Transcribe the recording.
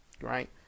right